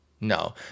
No